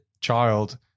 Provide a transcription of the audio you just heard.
child